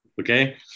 Okay